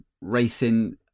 racing